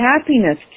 happiness